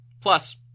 Plus